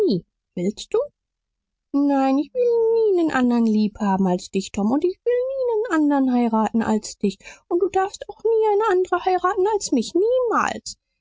willst du nein ich will nie nen anderen lieb haben als dich tom und ich will nie nen anderen heiraten als dich und du darfst auch nie eine andere heiraten als mich niemals